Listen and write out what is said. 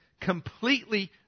completely